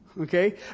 Okay